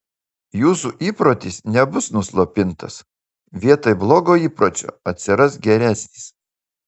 jūsų įprotis nebus nuslopintas vietoj blogo įpročio atsiras geresnis